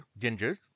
gingers